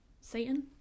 Satan